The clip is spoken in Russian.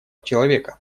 человека